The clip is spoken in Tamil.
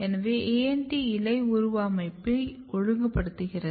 எனவே ANT இலை உருவ அமைப்பை ஒழுங்குபடுத்துகிறது